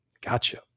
Gotcha